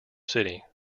city